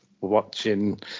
watching